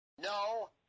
No